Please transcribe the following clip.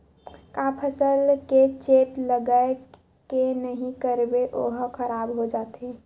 का फसल के चेत लगय के नहीं करबे ओहा खराब हो जाथे?